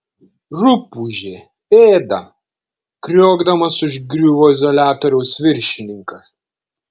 rupūžė ėda kriokdamas užgriuvo izoliatoriaus viršininkas